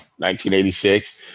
1986